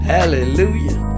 Hallelujah